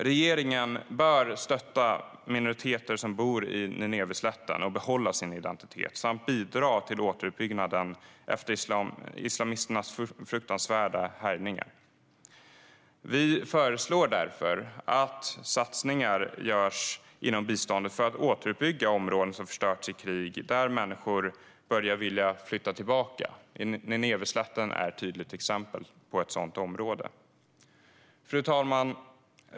Regeringen bör stötta minoriteter som bor på Nineveslätten, när det gäller att de ska kunna behålla sin identitet, samt bidra till återuppbyggnaden efter islamisternas fruktansvärda härjningar. Vi föreslår därför att satsningar ska göras inom biståndet för att återuppbygga områden som förstörts i krig och dit människor börjar vilja flytta tillbaka. Nineveslätten är ett tydligt exempel på ett sådant område. Fru talman!